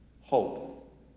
hope